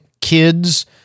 kids